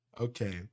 Okay